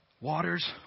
Waters